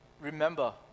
remember